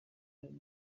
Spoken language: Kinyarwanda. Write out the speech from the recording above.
uretse